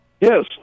Yes